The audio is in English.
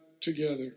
together